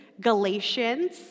Galatians